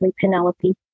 Penelope